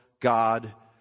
God